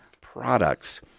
products